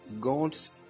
God's